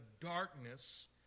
darkness